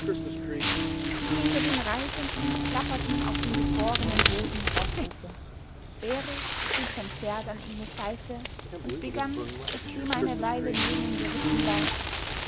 hinter den reisenden klapperten auf dem gefrorenen boden roßhufe bero trieb sein pferd an ingos seite und begann nachdem er eine weile neben ihm geritten war